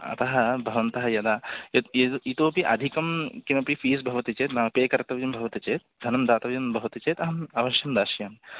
अतः भवन्तः यदा यद् यद् इतोऽपि अधिकं किमपि फ़ीस् भवति चेत् मम पे कर्तव्यं भवति चेत् धनं दातव्यं भवति चेत् अहम् अवश्यं दास्यामि